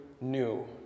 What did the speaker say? new